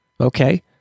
okay